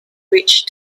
bridge